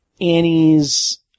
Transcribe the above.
Annie's